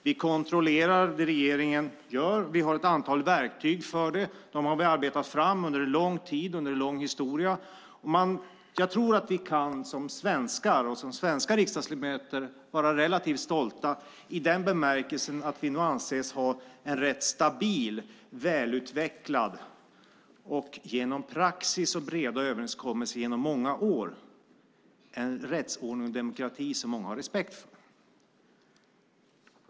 Vi kontrollerar det regeringen gör, och vi har ett antal verktyg för det som vi har arbetat fram under lång tid, under en lång historia. Jag tror att vi som svenskar och svenska riksdagsledamöter kan vara relativt stolta i den bemärkelsen att vi anses ha en stabil, välutvecklad och genom praxis och breda överenskommelser under många år rättsordning och demokrati som många har respekt för.